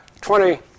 Twenty